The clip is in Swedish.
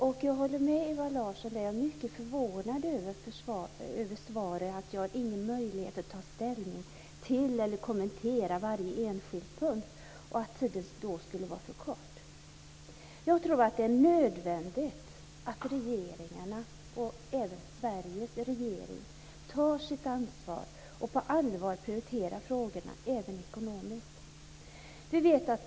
Liksom Ewa Larsson är också jag mycket förvånad över att svaret att socialministern inte har någon möjlighet att ta ställning till eller kommentera varje enskild punkt på grund av att tiden skulle vara för kort. Jag tror att det nödvändigt att regeringarna - även Sveriges regering - tar sitt ansvar och prioriterar frågan också ekonomiskt.